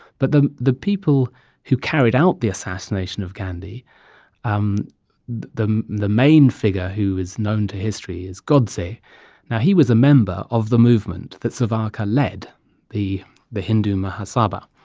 but the the people who carried out the assassination of gandhi um the the main figure who is known to history is godse. now, he was a member of the movement that savarkar led the the hindu mahasabha.